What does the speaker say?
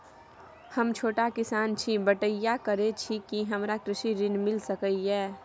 हम छोट किसान छी, बटईया करे छी कि हमरा कृषि ऋण मिल सके या?